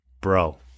bro